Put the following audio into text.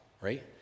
right